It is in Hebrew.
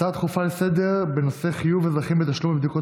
הצעות דחופות לסדר-היום בנושא: חיוב אזרחים בתשלום לבדיקות